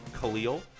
Khalil